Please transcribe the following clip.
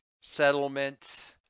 settlement